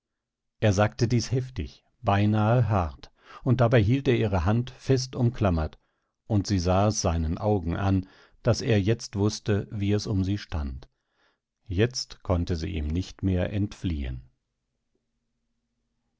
er sagte dies heftig beinahe hart und dabei hielt er ihre hand fest umklammert und sie sah es seinen augen an daß er jetzt wußte wie es um sie stand jetzt konnte sie ihm nicht mehr entfliehen